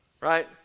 Right